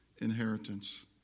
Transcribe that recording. inheritance